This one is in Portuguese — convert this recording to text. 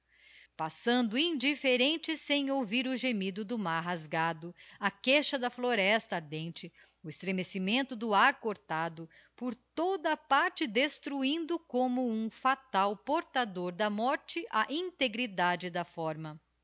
passando indifferente sem ouvir o gemido do mar rasgado a queixa da floresta ardente o estremecimento do ar cortado por toda a parte destruindo como um fatal portador da morte a integridade da forma